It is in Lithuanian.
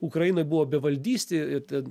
ukrainoj buvo bevaldystė ir ten